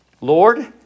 Lord